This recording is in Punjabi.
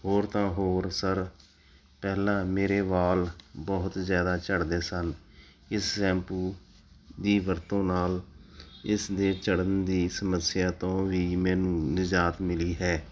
ਹੋਰ ਤਾਂ ਹੋਰ ਸਰ ਪਹਿਲਾਂ ਮੇਰੇ ਵਾਲ ਬਹੁਤ ਜ਼ਿਆਦਾ ਝੜਦੇ ਸਨ ਇਸ ਸੈਂਪੂ ਦੀ ਵਰਤੋਂ ਨਾਲ ਇਸ ਦੇ ਝੜਨ ਦੀ ਸਮੱਸਿਆ ਤੋਂ ਵੀ ਮੈਨੂੰ ਨਿਜਾਤ ਮਿਲੀ ਹੈ